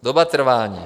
Doba trvání.